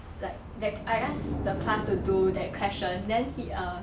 like that I ask the class to do that question then he err